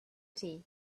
tea